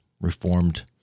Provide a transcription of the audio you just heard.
reformed